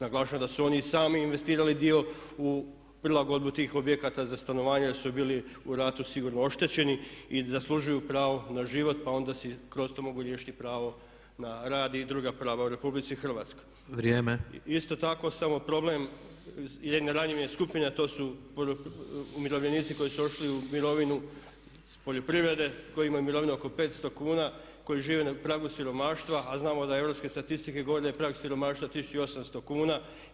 Naglašavam da su oni sami i investirali dio u prilagodbu tih objekata za stanovanje jer su bili u ratu sigurno oštećeni i zaslužuju pravo na život pa da si onda kroz to mogu riješiti i pravo na rad i druga prava u RH [[Upadica Tepeš: Vrijeme.]] Isto tako samo problem jedne ranjive skupine a to su umirovljenici koji su otišli u mirovinu s poljoprivrede i koji imaju mirovinu oko 500 kuna, koji žive na pragu siromaštva a znamo da europske statistike govore da je prag siromaštva 1800 kuna.